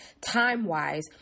time-wise